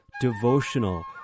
devotional